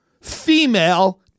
Female